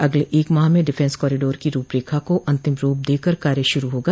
अगले एक माह में डिफेंस कॉरिडोर की रूपरेखा को अंतिम रूप देकर कार्य शुरू होगा